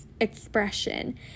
expression